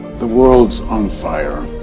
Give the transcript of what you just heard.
the world's on fire